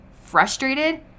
frustrated